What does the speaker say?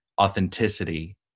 Authenticity